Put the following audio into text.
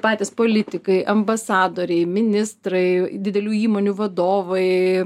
patys politikai ambasadoriai ministrai didelių įmonių vadovai